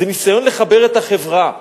זה ניסיון לחבר את החברה,